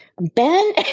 Ben